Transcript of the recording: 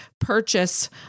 purchase